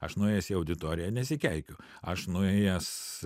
aš nuėjęs į auditoriją nesikeikiu aš nuėjęs